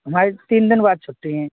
हमारी तीन दिन बाद छुट्टी हैं